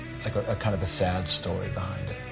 like ah a kind of a sad story behind